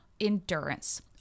endurance